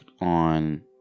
on